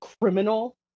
criminal